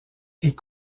est